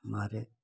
हमारे